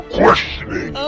questioning